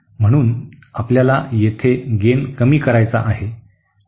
म्हणून आपल्याला येथे गेन कमी करायचा आहे